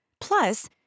Plus